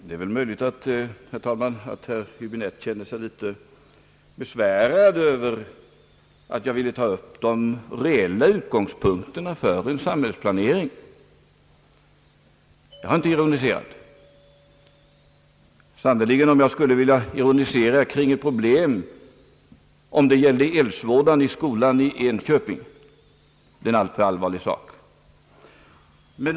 Herr talman! Det är väl möjligt att herr Häbinette kände sig litet besvärad över att jag ville ta upp de reella utgångspunkterna för en samhällsplanering. Jag har inte ironiserat. Sannerligen jag skulle inte vilja ironisera kring ett problem, om det gällde eldsvådan i skolan i Enköping. Det är en alltför allvarlig sak.